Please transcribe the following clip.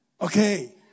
Okay